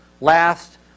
Last